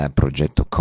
progetto